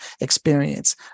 experience